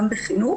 גם בחינוך,